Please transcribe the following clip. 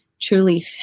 truly